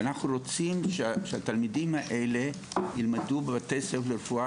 ואנחנו רוצים שהתלמידים האלה ילמדו בבתי ספר לרפואה